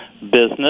business